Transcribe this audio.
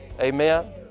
Amen